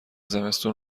زمستون